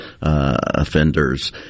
offenders